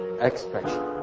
expression